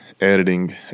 editing